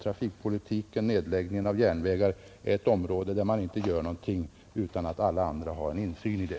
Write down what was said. Trafikpolitiken, däribland nedläggningen av järnvägar, är ett område där man inte gör någonting utan att alla andra har insyn i det.